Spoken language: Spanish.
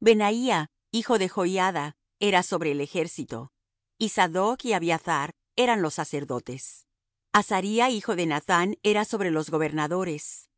benaía hijo de joiada era sobre el ejército y sadoc y abiathar eran los sacerdotes azaría hijo de nathán era sobre los gobernadores